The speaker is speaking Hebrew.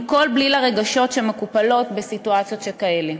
עם כל בליל הרגשות שמקופלים בסיטואציות שכאלה.